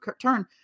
turn